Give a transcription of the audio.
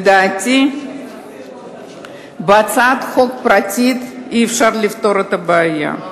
לדעתי, בהצעת חוק פרטית אי-אפשר לפתור את הבעיה.